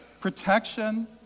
protection